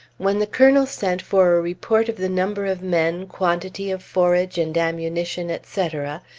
when the colonel sent for a report of the number of men, quantity of forage and ammunition, etc,